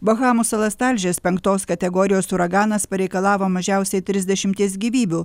bahamų salas talžęs penktos kategorijos uraganas pareikalavo mažiausiai trisdešimties gyvybių